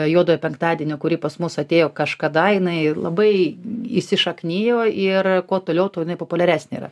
juodojo penktadienio kuri pas mus atėjo kažkada jinai ir labai įsišaknijo ir kuo toliau tuo jinai populiaresnė yra